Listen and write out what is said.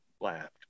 laughed